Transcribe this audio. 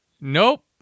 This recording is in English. nope